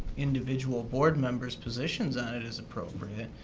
individual board members positions on it is appropriate.